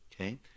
Okay